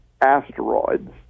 asteroids